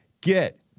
get